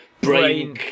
brain